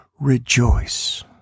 rejoice